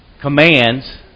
commands